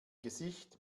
gesicht